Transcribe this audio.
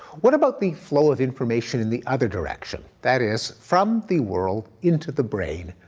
what about the flow of information in the other direction, that is from the world into the brain,